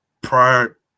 prior